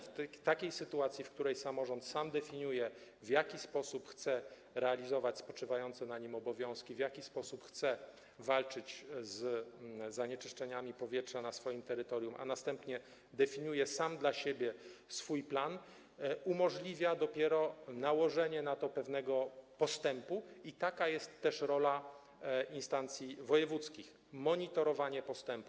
W takiej sytuacji, w której samorząd sam definiuje, w jaki sposób chce realizować spoczywające na nim obowiązki, w jaki sposób chce walczyć z zanieczyszczeniami powietrza na swoim terytorium, a następnie definiuje sam dla siebie swój plan, umożliwia to dopiero nałożenie na to pewnego postępu - i taka jest też rola instancji wojewódzkich: monitorowanie postępu.